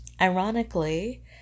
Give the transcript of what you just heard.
ironically